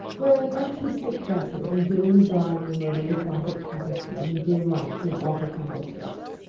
wearing artistic dresses and doing the drawing-room over with gothic tapestries and dim lights in altar candle-sticks.